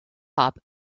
hop